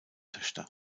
töchter